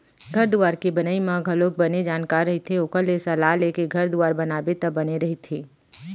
घर दुवार के बनई म घलोक बने जानकार रहिथे ओखर ले सलाह लेके घर दुवार बनाबे त बने रहिथे